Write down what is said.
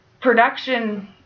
production